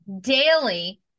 daily